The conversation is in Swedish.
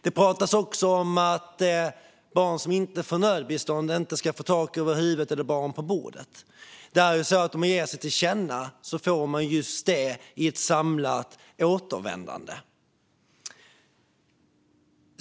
Det pratas också om att barn som inte får nödbistånd inte ska få tak över huvudet eller mat på bordet. Om man ger sig till känna får man just det i ett samlat återvändande.